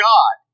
God